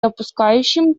допускающим